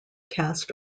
cast